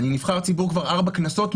אני נבחר ציבור כבר ארבע כנסות,